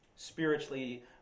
Spiritually